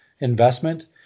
investment